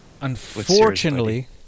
Unfortunately